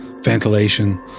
ventilation